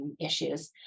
issues